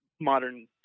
modern